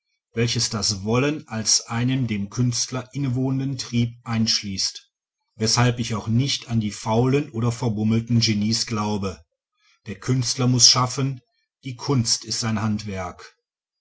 welches das wollen als einen dem künstler innewohnenden trieb einschließt weshalb ich auch nicht an die faulen oder verbummelten genies glaube der künstler muß schaffen die kunst ist sein handwerk